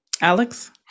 Alex